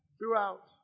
throughout